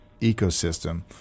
ecosystem